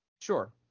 Sure